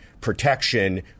protection